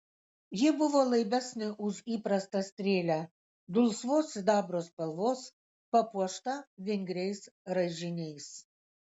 ji buvo laibesnė už įprastą strėlę dulsvos sidabro spalvos papuošta vingriais raižiniais